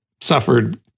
suffered